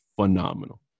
phenomenal